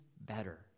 better